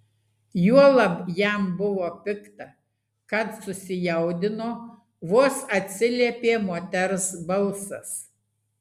juolab jam buvo pikta kad susijaudino vos atsiliepė moters balsas